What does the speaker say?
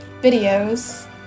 videos